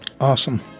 Awesome